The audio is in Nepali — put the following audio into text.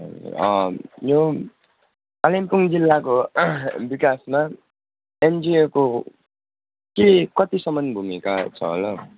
यो कालिम्पोङ जिल्लाको विकासमा एनजिओको के कतिसम्म भूमिका छ होला हौ